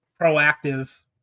proactive